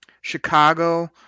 Chicago